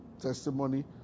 testimony